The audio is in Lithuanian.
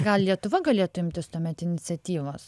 gal lietuva galėtų imtis tuomet iniciatyvos